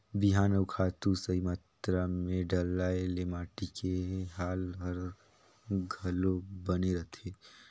बिहान अउ खातू सही मातरा मे डलाए से माटी के हाल हर घलो बने रहथे